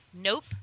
Nope